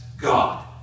God